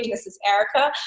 yeah this is erica.